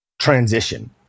transition